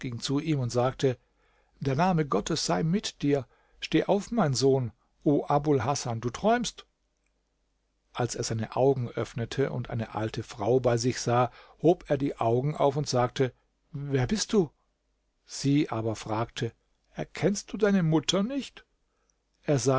zu ihm und sagte der name gottes sei mit dir steh auf mein sohn o abul hasan du träumst als er seine augen öffnete und eine alte frau bei sich sah hob er die augen auf und sagte wer bist du sie aber fragte erkennst du deine mutter nicht